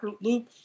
loop